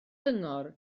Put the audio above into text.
gyngor